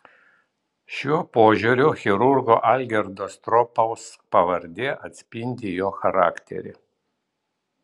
šiuo požiūriu chirurgo algirdo stropaus pavardė atspindi jo charakterį